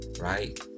right